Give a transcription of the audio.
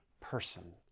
person